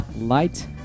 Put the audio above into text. Light